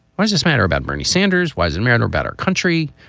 why does this matter about bernie sanders? wasn't mariner a better country?